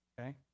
Okay